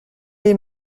les